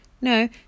No